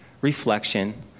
reflection